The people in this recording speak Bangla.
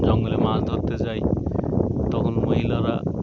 জঙ্গলে মাছ ধরতে যাই তখন মহিলারা